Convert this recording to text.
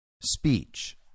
speech